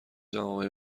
جوامع